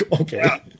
Okay